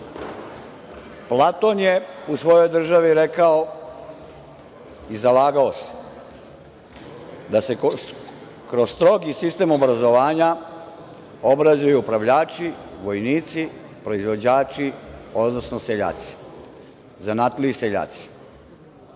izreke. Platon je u svojoj „Državi“ rekao i zalagao se da se kroz strogi sistem obrazovanja obrazuju upravljači, vojnici, proizvođači, odnosno seljaci, zanatlije i seljaci. Ja